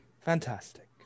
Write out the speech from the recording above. fantastic